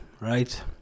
right